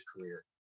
career